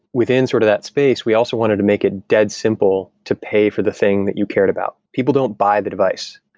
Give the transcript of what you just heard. within sort of that space, we also wanted to make it dead simple to pay for the thing that you cared about. people don't buy the device.